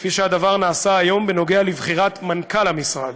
כפי שהדבר נעשה היום בנוגע לבחירת מנכ"ל המשרד.